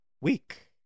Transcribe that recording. week